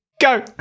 go